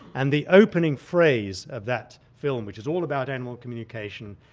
and the opening phrase of that film, which is all about animal communication,